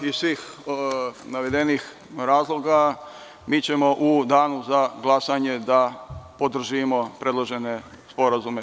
Iz svih navedenih razloga mi ćemo u danu za glasanje da podržimo predložene sporazume.